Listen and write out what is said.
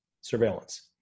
Surveillance